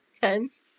tense